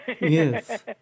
Yes